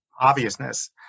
obviousness